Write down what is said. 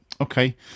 Okay